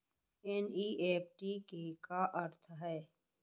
NEFT के का अर्थ है?